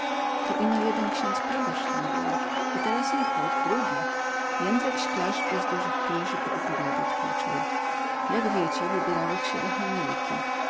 to ino jeden ksiądz probosc tam był i teraz jej chłop drugi jędrek śklarz bez dużych próśb opowiadać począł jak wiecie wybierałech sie